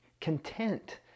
content